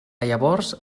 llavors